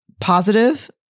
positive